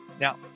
Now